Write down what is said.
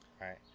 Right